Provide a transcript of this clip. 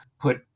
put